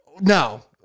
No